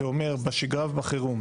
זה אומר בשגרה ובחירום,